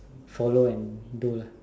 follow and do lah